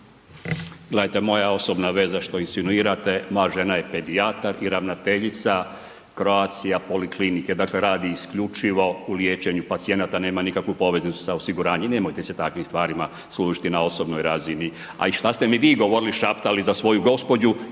moja osobna veza što insinuirate, moja žena je pedijatar i ravnateljica Croatia poliklinike, dakle radi isključivo u liječenju pacijenata, nema nikakvu poveznicu sa osiguranjem, nemojte se takvim stvarima služiti na osobnoj razini, a i šta ste mi govorili, šaptali za svoju gospođu